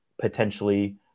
potentially